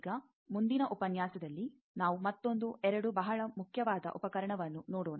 ಈಗ ಮುಂದಿನ ಉಪನ್ಯಾಸದಲ್ಲಿ ನಾವು ಮತ್ತೊಂದು 2 ಬಹಳ ಮುಖ್ಯವಾದ ಉಪಕರಣವನ್ನು ನೋಡೋಣ